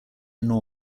nor